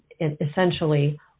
essentially